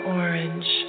orange